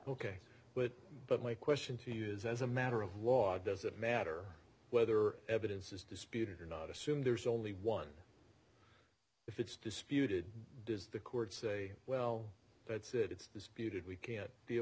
ok but but my question to you is as a matter of law does it matter whether evidence is disputed or not assumed there's only one if it's disputed does the court say well that's it it's disputed we can't deal